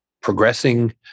progressing